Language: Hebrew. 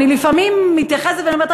לפעמים אני מתייחסת ואומרת,